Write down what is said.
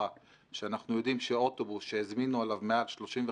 שאנחנו יודעים שאוטובוס שהזמינו עליו מעל 35 איש,